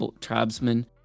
tribesmen